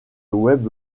web